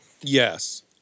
Yes